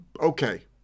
okay